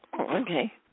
Okay